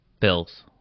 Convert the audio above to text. Bills